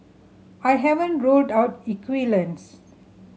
I haven't ruled out equivalence